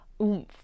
oomph